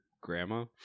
grandma